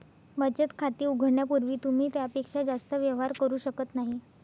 बचत खाते उघडण्यापूर्वी तुम्ही त्यापेक्षा जास्त व्यवहार करू शकत नाही